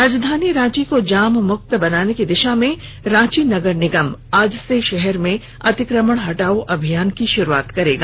राजधानी रांची को जाम मुक्त बनाने की दिशा में रांची नगर निगम आज से शहर में अतिक्रमण हटाओ अभियान की शुरुआत करेगा